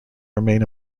remain